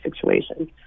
situations